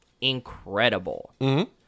incredible